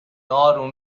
آروم